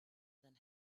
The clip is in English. than